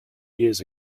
years